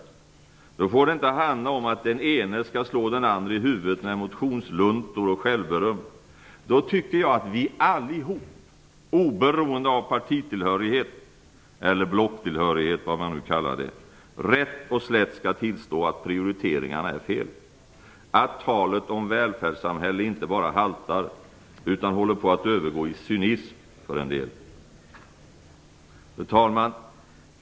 Då får det inte handla om att den ene skall slå den andre i huvudet med motionsluntor och självberöm. Då tycker jag att vi allihop, oberoende av partitillhörighet eller blocktillhörighet, rätt och slätt skall tillstå att prioriteringarna är fel, att talet om välfärdssamhälle inte bara haltar utan håller på att övergå i cynism för en del. Fru talman!